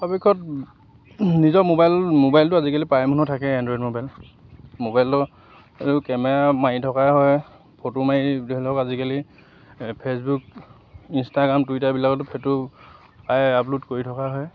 পৰাপক্ষত নিজৰ মোবাইল মোবাইলটো আজিকালি প্ৰায় মানুহৰ থাকেই এণ্ড্ৰইড মোবাইল মোবাইলৰ কেমেৰা মাৰি থকাই হয় ফটো মাৰি ধৰি লওক আজিকালি ফেচবুক ইষ্টাগ্ৰাম টুইটাৰবিলাকতো ফটো প্ৰায় আপলোড কৰি থকাই হয়